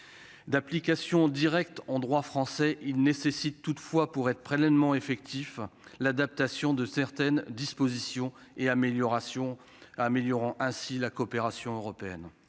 d'application directe en droit français, il nécessite toutefois pour être prélèvement effectif l'adaptation de certaines dispositions et améliorations, améliorant ainsi la coopération européenne